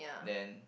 then